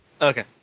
Okay